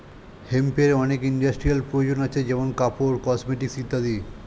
হেম্পের অনেক ইন্ডাস্ট্রিয়াল প্রয়োজন আছে যেমন কাপড়, কসমেটিকস ইত্যাদি